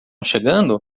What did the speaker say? chegando